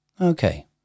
Okay